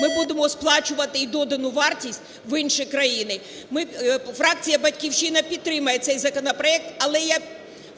ми будемо сплачувати і додану вартість в інші країни. Фракція "Батьківщина" підтримає цей законопроект. Але я